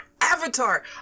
Avatar